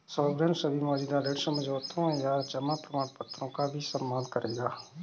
sovereign सभी मौजूदा ऋण समझौतों या जमा प्रमाणपत्रों का भी सम्मान करेगा